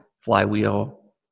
flywheel